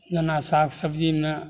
जेना साग सब्जीमे